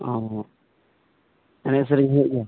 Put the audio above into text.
ᱚᱻ ᱮᱱᱮᱡ ᱥᱮᱨᱮᱧ ᱦᱩᱭᱩᱜ ᱜᱮᱭᱟ